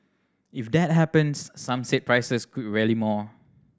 if that happens some said prices could rally more